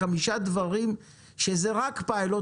חמישה דברים - כשזה רק פיילוט,